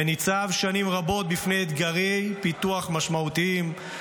וניצב שנים רבות בפני אתגרי פיתוח משמעותיים,